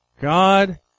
God